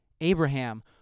Abraham